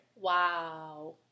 Wow